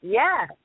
yes